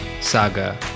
saga